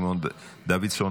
סימון דוידסון,